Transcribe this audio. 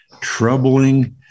troubling